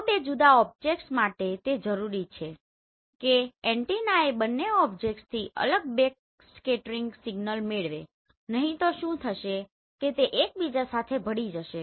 તો બે જુદા ઓબ્જેક્ટ્સ માટે તે જરૂરી છે કે એન્ટેનાએ બંને ઓબ્જેક્ટ્સથી અલગ બેકસ્કેટરિંગ સિગ્નલ મેળવે નહીં તો શું થશે કે તે એક બીજા સાથે ભળી જશે